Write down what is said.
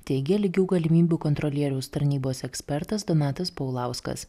teigė lygių galimybių kontrolieriaus tarnybos ekspertas donatas paulauskas